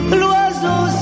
l'oiseau